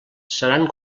seran